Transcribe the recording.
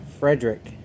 Frederick